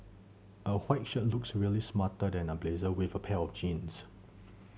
a white shirt looks really smart under a blazer with a pair of jeans